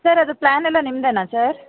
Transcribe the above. sir ಅದು ಪ್ಲಾನೆಲ್ಲ ನಿಮ್ಮದೆನ ಸರ್